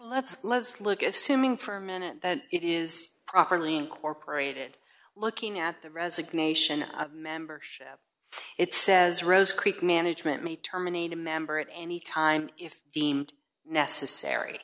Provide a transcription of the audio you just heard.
let's let's look at simming for a minute that it is properly incorporated looking at the resignation of membership it says rose creek management me terminate a member at any time if deemed necessary